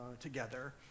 together